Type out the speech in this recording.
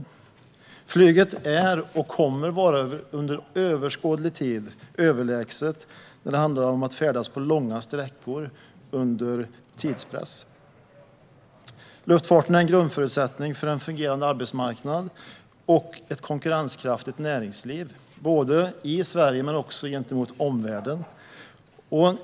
Flyget är och kommer under överskådlig tid att vara överlägset när det handlar om att färdas långa sträckor under tidspress. Luftfarten är en grundförutsättning för en fungerande arbetsmarknad och ett konkurrenskraftigt näringsliv, i Sverige men också gentemot omvärlden.